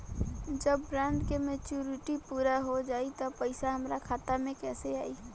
जब बॉन्ड के मेचूरिटि पूरा हो जायी त पईसा हमरा खाता मे कैसे आई?